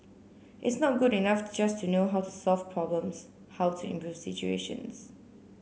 it's not good enough just to know how to solve problems how to improve situations